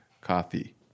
Coffee